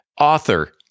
Author